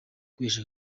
kwihesha